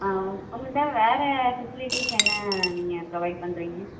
ஆ உங்ககிட்ட வேற ஃபெசிலிட்டிஸ் என்ன நீங்கள் ப்ரொவைட் பண்ணுறீங்க